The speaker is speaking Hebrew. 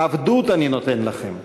עבדות אני נותן לכם".